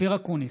אופיר אקוניס,